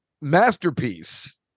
masterpiece